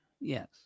yes